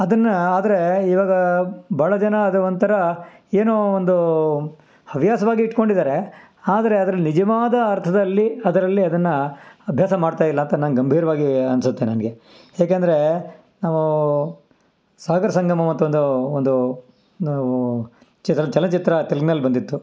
ಅದನ್ನು ಆದರೆ ಇವಾಗ ಬಹಳ ಜನ ಅದು ಒಂಥರ ಏನೋ ಒಂದೂ ಹವ್ಯಾಸವಾಗಿ ಇಟ್ಕೊಂಡಿದ್ದಾರೆ ಆದರೆ ಅದ್ರಲ್ಲಿ ನಿಜವಾದ ಅರ್ಥದಲ್ಲಿ ಅದರಲ್ಲಿ ಅದನ್ನು ಅಭ್ಯಾಸ ಮಾಡ್ತಾಯಿಲ್ಲ ಅಂತ ನಂಗೆ ಗಂಭೀರವಾಗಿ ಅನ್ನಿಸುತ್ತೆ ನನಗೆ ಏಕೆಂದ್ರೆ ನಾವೂ ಸಾಗರ ಸಂಗಮ ಮತ್ತೊಂದು ಒಂದು ನಾವು ಚಿತ್ರ ಚಲನಚಿತ್ರ ತೆಲುಗ್ನಲ್ಲಿ ಬಂದಿತ್ತು